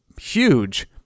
huge